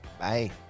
Bye